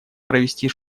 провести